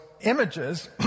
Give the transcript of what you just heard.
images